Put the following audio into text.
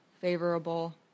favorable